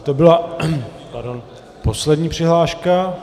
To byla poslední přihláška.